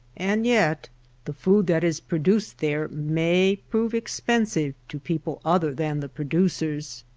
and yet the food that is pro duced there may prove expensive to people other than the producers.